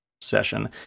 session